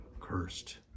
Cursed